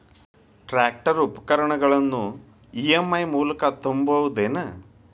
Tractor ಉಪಕರಣಗಳನ್ನು EMI ಮೂಲಕ ತುಂಬಬಹುದ ಏನ್?